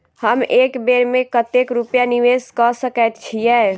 हम एक बेर मे कतेक रूपया निवेश कऽ सकैत छीयै?